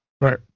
right